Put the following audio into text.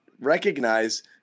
recognize